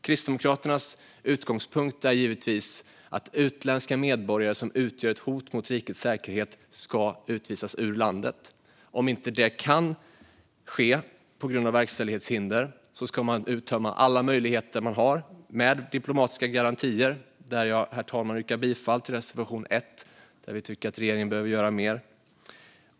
Kristdemokraternas utgångspunkt är givetvis att utländska medborgare som utgör ett hot mot rikets säkerhet ska utvisas ur landet. Om det inte kan ske på grund av verkställighetshinder ska man uttömma alla möjligheter man har med diplomatiska garantier. Jag vill därför yrka bifall till reservation 1, herr talman. Vi tycker att regeringen behöver göra mer.